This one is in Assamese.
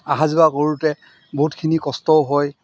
অহা যোৱা কৰোঁতে বহুতখিনি কষ্টও হয়